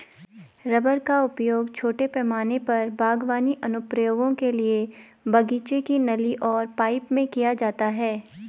rubber का उपयोग छोटे पैमाने पर बागवानी अनुप्रयोगों के लिए बगीचे की नली और पाइप में किया जाता है